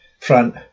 front